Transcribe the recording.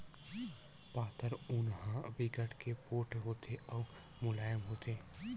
पातर ऊन ह बिकट के पोठ होथे अउ मुलायम होथे